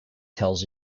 tells